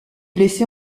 blessé